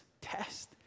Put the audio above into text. test